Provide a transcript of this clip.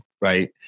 Right